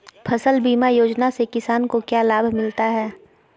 फसल बीमा योजना से किसान को क्या लाभ मिलता है?